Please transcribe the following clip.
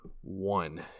one